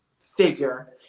figure